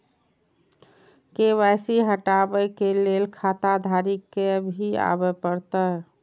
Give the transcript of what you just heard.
KYC हटाबै के लैल खाता धारी के भी आबे परतै?